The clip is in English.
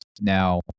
now